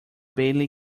bailey